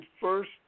first